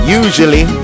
usually